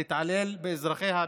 להתעלל באזרחיה הבדואים?